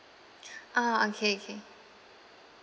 ah okay okay